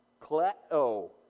cleo